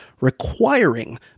requiring